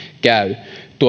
käy